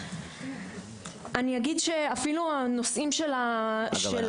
אני אגיד אפילו הנושאים של --- אגב,